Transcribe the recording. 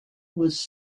was